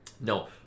No